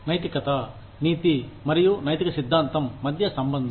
నైతికత నీతి మరియు నైతిక సిద్ధాంతం మధ్య సంబంధం